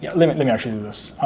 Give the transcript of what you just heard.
yeah let me actually do this.